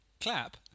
Clap